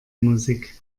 musik